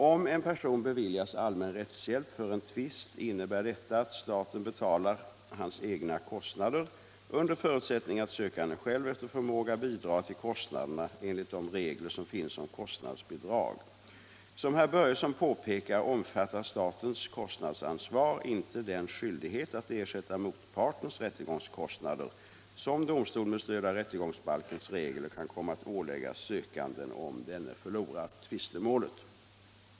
Om en person beviljas allmän rättshjälp för en tvist innebär detta att staten betalar hans egna kostnader, under förutsättning att sökanden själv efter förmåga bidrar till kostnaderna enligt de regler som finns om kostnadsbidrag: Som herr Börjesson påpekar omfattar statens kostnadsansvar inte den skyldighet att ersätta motpartens rättegångskostnader som domstol med stöd av rättegångsbalkens regler kan komma att ålägga sökanden, om denne förlorar tvistemålet.